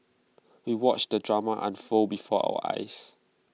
we watched the drama unfold before our eyes